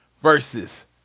Versus